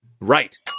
Right